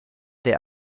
der